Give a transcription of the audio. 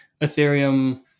Ethereum